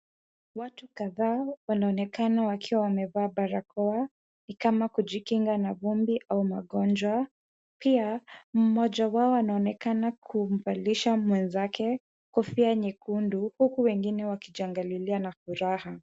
Watu kadhaa wana onekana wakiwa wamevaa barakoa; Ni kama kujikinga na vumbi au magonjwa. Pia, mmoja wao anaonekana kumvalisha mwenzake kufia nyekundu huku wengine wakijiangalilia na furaha.